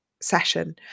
session